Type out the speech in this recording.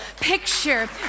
picture